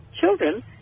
children